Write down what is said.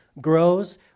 grows